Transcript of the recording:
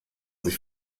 sich